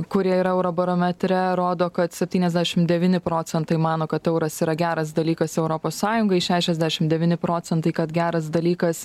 kurie yra euro barometre rodo kad septyniasdešimt devyni procentai mano kad euras yra geras dalykas europos sąjungoj šešiasdešimt devyni procentai kad geras dalykas